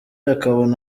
akabona